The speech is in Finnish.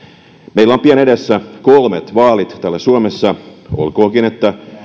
meillä on pian edessä kolmet vaalit täällä suomessa olkoonkin että